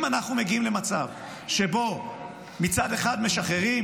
אם אנחנו מגיעים למצב שבו מצד אחד משחררים